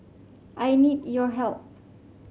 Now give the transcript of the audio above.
I need your help